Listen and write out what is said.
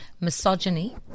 misogyny